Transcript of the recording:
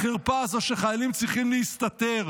החרפה הזו שחיילים צריכים להסתתר,